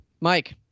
Mike